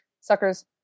suckers